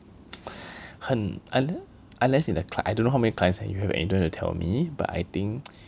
hmm unle~ unless in the cl~ I don't know how many clients that you have and you don't have to tell me but I think